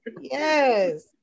Yes